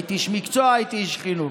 הייתי איש מקצוע, הייתי איש חינוך,